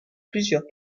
plusieurs